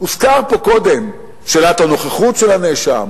הוזכרה פה קודם שאלת הנוכחות של הנאשם,